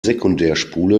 sekundärspule